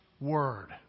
word